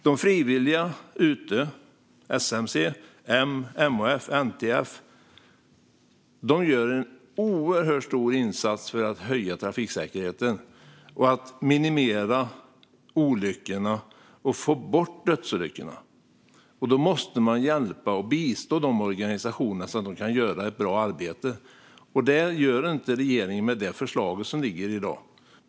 De frivilliga organisationerna - SMC, M, MHF och NTF - gör en oerhört stor insats för att öka trafiksäkerheten, minimera olyckorna och få bort dödsolyckorna. Då måste man hjälpa och bistå dessa organisationer så att de kan göra ett bra arbete, men det gör inte regeringen med det förslag som ligger i dag.